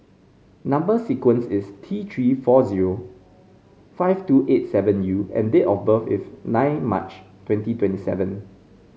number sequence is T Three four zero five two eight seven U and date of birth is nine March twenty twenty seven